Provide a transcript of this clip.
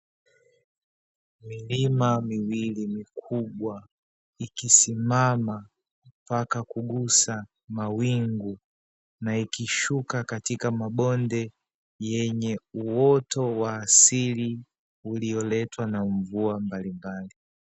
Milima miwili mikubwa ikisimama mpaka kugusa mawingu na ikishuka katika mabonde yenye uoto wa asili ulioletwa na mvua mbalimbali.